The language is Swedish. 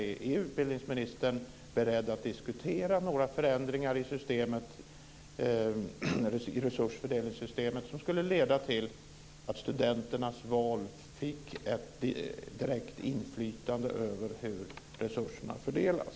Är utbildningsministern beredd att diskutera några förändringar i resursfördelningssystemet som skulle leda till att studenternas val fick ett direkt inflytande över hur resurserna fördelas?